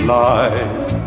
life